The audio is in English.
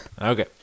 Okay